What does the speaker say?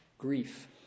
grief